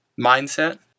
mindset